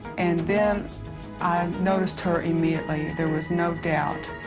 and then i noticed her immediately. there was no doubt.